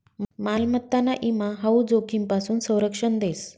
मालमत्ताना ईमा हाऊ जोखीमपासून संरक्षण देस